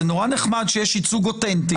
זה נורא נחמד שיש ייצוג אוטנטי.